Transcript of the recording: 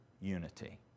unity